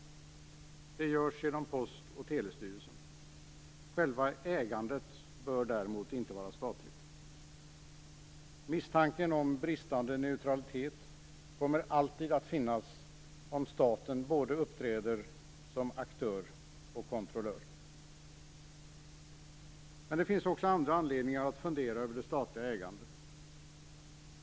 Det görs genom Post och telestyrelsen. Själva ägandet bör däremot inte vara statligt. Misstanken om bristande neutralitet kommer alltid att finnas om staten uppträder som både aktör och kontrollör. Men det finns också andra anledningar att fundera över det statliga ägandet.